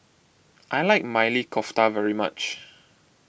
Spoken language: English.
I like Maili Kofta very much